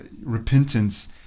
repentance